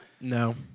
No